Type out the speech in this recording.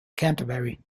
canterbury